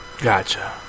Gotcha